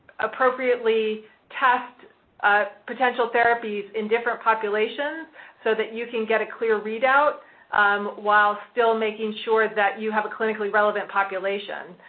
appropriately test potential therapies in different populations so that you can get a clear read out while still making sure that you have a clinically relevant population.